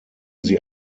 sie